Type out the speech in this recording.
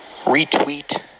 retweet